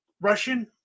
Russian